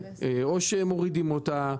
או שמורידים אותה,